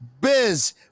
Biz